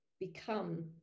become